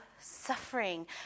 suffering